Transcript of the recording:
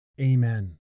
Amen